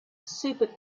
super